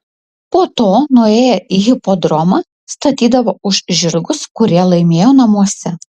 po to nuėję į hipodromą statydavo už žirgus kurie laimėjo namuose